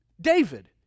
David